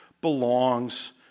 belongs